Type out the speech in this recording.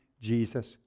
Jesus